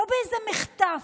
לא באיזה מחטף,